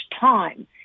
time